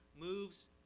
moves